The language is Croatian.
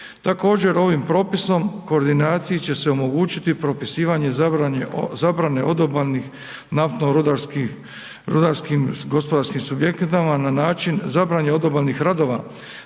Također ovim propisom koordinaciji će se omogućiti propisivanje zabrane odobalnih naftno rudarskih, rudarskim gospodarskim subjektima na način zabrane odobalnih radova